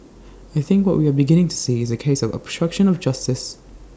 I think what we are beginning to see is A case of obstruction of justice